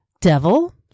devil